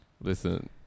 Listen